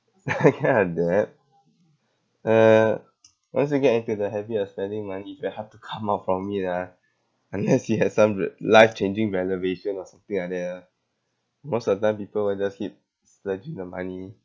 get out of debt uh once you get into the habit of spending money you will have to come out from it ah unless it had some re~ life changing relevation or something like that ah most of the time people will just keep splurging the money